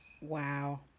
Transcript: wow